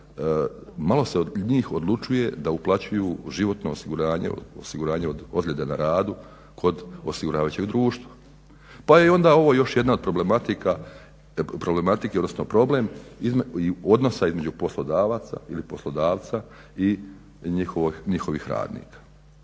malo se njih odlučuje da uplaćuju životno osiguranje, osiguranje od ozljede na radu kod osiguravajućeg društva. Pa je onda ovo još jedna od problematike, odnosno problem odnosa između poslodavaca i njihovih radnika.